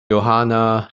johanna